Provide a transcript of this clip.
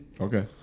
Okay